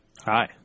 Hi